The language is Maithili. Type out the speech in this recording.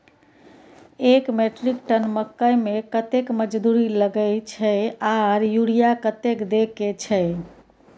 एक मेट्रिक टन मकई में कतेक मजदूरी लगे छै आर यूरिया कतेक देके छै?